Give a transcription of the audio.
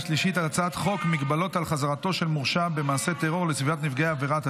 על הצעת חוק מגבלות על חזרתו של מורשע במעשה טרור לסביבת נפגעי העבירה,